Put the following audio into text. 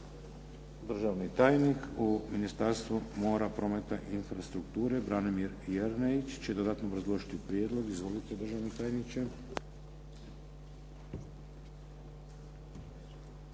Državni tajnik u Ministarstvu mora, prometa i infrastrukture Branimir Jerneić će dodatno obrazložiti prijedlog. Izvolite državni tajniče.